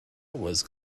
was